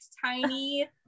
tiny